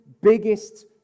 biggest